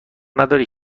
نداری